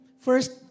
First